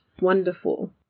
wonderful